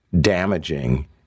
damaging